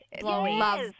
love